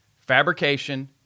fabrication